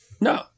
No